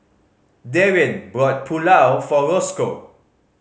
Darrien brought Pulao for Rosco